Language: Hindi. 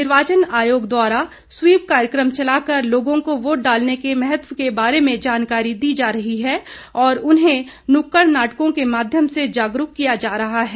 निर्वाचन आयोग द्वारा स्वीप कार्यक्रम चलाकर लोगों को वोट डालने के महत्व के बारे में जानकारी दी जा रही है और उन्हें नुक्कड़ नाटकों के माध्यम से जागरूक किया जा रहा है